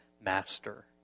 master